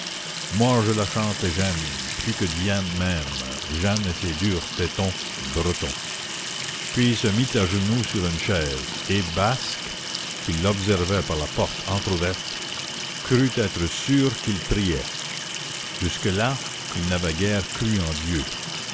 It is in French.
moi je la chante et j'aime plus que diane même jeanne et ses durs tétons bretons puis il se mit à genoux sur une chaise et basque qui l'observait par la porte entrouverte crut être sûr qu'il priait jusque-là il n'avait guère cru en dieu